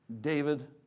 David